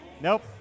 Nope